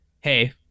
hey